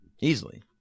Easily